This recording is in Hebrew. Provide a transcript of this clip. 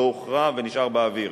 לא הוכרע ונשאר באוויר,